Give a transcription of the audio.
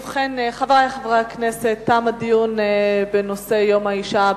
ובכן, חברי חברי הכנסת, תם הדיון בנושא יום האשה.